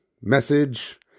message